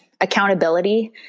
accountability